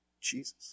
Jesus